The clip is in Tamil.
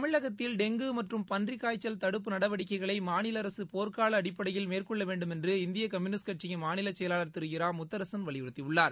தமிழகத்தில் டெங்கு மற்றும் பன்றிக் காய்ச்சல் தடுப்பு நடவடிக்கைகளை மாநில அரசு போர்க்கால அடிப்படையில் மேற்கொள்ள வேண்டுமென்று இந்திய கம்யுனிஸ்ட் கட்சியின் மாநில செயலாளர் திரு முத்தரசன் வலியுறுத்தியுள்ளார்